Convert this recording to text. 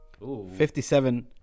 57